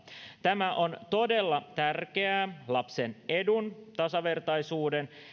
tämä on todella tärkeää lapsen edun tasavertaisuuden